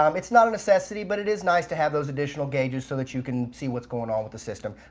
um it's not a necessity but it is nice to have those additional guages so that you can see what's going on with the system.